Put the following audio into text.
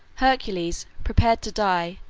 hercules, prepared to die,